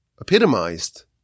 epitomized